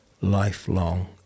lifelong